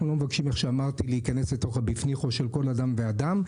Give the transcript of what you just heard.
אנחנו לא מבקשים להיכנס לתוך הבפנוכו של כל אדם ואדם,